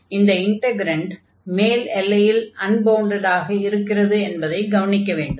இந்த இன்டக்ரன்ட் மேல் எல்லையில் அன்பவுண்டடாக இருக்கிறது என்பதைக் கவணிக்க வேண்டும்